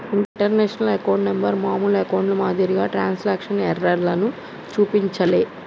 international account number మామూలు అకౌంట్ల మాదిరిగా ట్రాన్స్క్రిప్షన్ ఎర్రర్లను చూపించలే